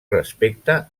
respecte